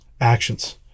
actions